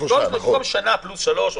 במקום שנה פלוס שלושה חודשים,